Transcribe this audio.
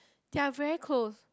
they are very close